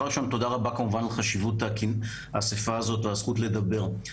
תודה רבה כמובן על חשיבות האסיפה הזאת והזכות לדבר.